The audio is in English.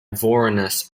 vorenus